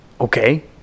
Okay